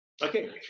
Okay